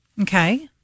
Okay